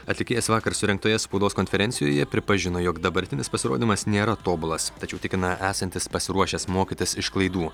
atlikėjas vakar surengtoje spaudos konferencijoje pripažino jog dabartinis pasirodymas nėra tobulas tačiau tikina esantis pasiruošęs mokytis iš klaidų